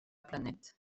planète